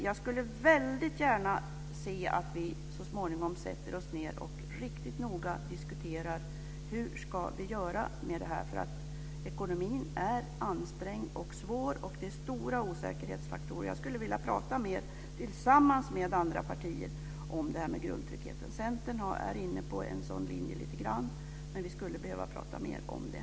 Jag skulle väldigt gärna se att vi så småningom satte oss ned och riktigt noga diskuterade hur vi ska göra med detta. Ekonomin är ansträngd och svår, och det är stora osäkerhetsfaktorer. Jag skulle vilja prata mer tillsammans med andra partier om detta med grundtryggheten. Centern är lite grann inne på en sådan linje, men vi skulle behöva prata mer om det.